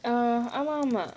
err ஆனா நான்:aanaa naan